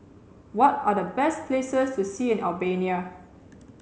what are the best places to see in Albania